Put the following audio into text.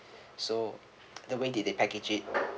so the way that they package it